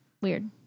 Weird